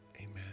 Amen